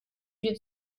dir